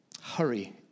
Hurry